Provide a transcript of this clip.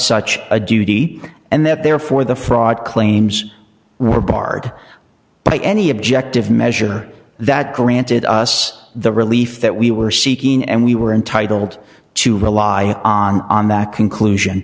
such a duty and that therefore the fraud claims were barred by any objective measure that granted us the relief that we were seeking and we were entitled to rely on on the conclusion